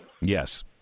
Yes